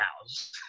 house